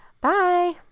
bye